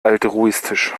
altruistisch